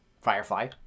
Firefly